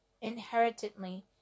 inherently